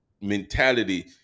mentality